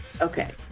Okay